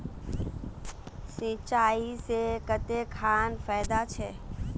सिंचाई से कते खान फायदा छै?